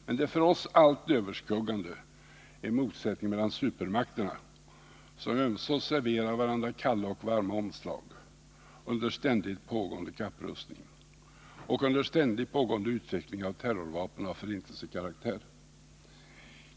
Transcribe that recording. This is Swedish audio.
Men det för oss allt överskuggande är motsättningen mellan supermakterna, som ömsom serverar varandra kalla och varma omslag under ständigt pågående kapprustning och under ständig utveckling av terrorvapen av förintelsekaraktär.